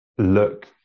look